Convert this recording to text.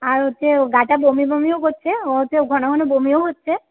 আর হচ্ছে গাটা বমি বমিও করছে হচ্ছে ঘন ঘন বমিও হচ্ছে